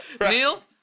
Neil